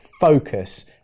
focus